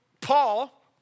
Paul